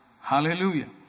Hallelujah